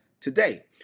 today